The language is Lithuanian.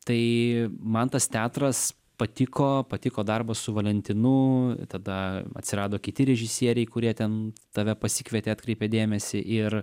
tai man tas teatras patiko patiko darbas su valentinu tada atsirado kiti režisieriai kurie ten tave pasikvietė atkreipė dėmesį ir